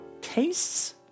Tastes